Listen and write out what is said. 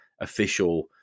official